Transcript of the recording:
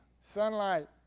sunlight